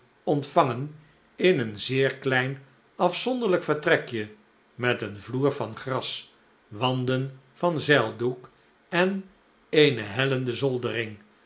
ontvangen in een zeer klein afzonderlijk vertrekje met een vloer van gras wanden van zeildoek en eene hellende zoldering